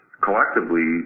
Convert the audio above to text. collectively